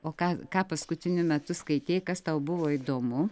o ką ką paskutiniu metu skaitei kas tau buvo įdomu